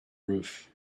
roof